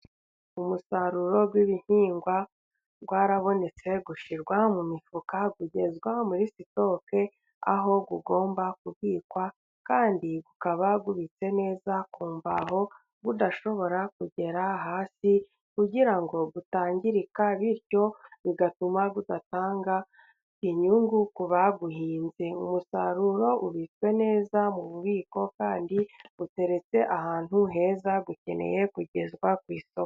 Umusaruro w'ibihingwa warabonetse ushyirwa mu mifuka, ugezwa muri sitoke aho ugomba kubikwa kandi ukaba ubitse neza ku mbaho, udashobora kugera hasi kugira ngo utangirika bityo bigatuma udatanga inyungu ku bawuhinze, umusaruro ubitswe neza mu bubiko kandi uteretse ahantu heza ukeneye kugezwa ku isoko.